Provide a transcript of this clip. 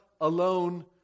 alone